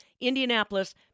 Indianapolis